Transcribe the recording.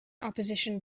opposition